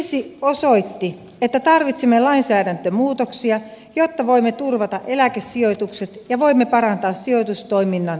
kriisi osoitti että tarvitsemme lainsäädäntömuutoksia jotta voimme turvata eläkesijoitukset ja voimme parantaa sijoitustoiminnan kannattavuutta